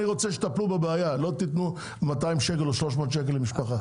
אני רוצה שתטפלו בבעיה לא תתנו 200 או 300 שקלים למשפחה.